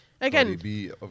again